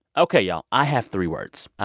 ok, y'all. i have three words.